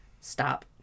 stop